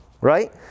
Right